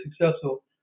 successful